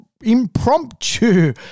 impromptu